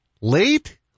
late